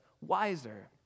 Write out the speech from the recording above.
wiser